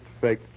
fake